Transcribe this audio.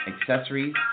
accessories